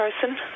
person